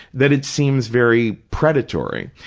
that it seems very predatory.